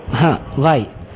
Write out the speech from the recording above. હા y